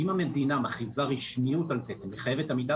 אם המדינה מכריזה רשמיות על תקן ומחייבת עמידה